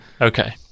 Okay